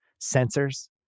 sensors